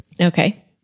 Okay